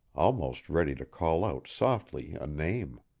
almost ready to call out softly a name.